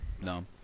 No